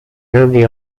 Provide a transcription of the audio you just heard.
grandi